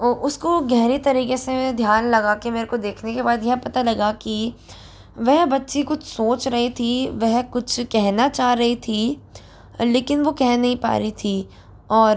ओ उसको गहरे तरीके से ध्यान लगाकर मेरे को देखने के बाद यह पता लगा कि वह बच्ची कुछ सोच रही थी वेह कुछ कहना चाह रही थी लेकिन वो कह नहीं पा रही थी और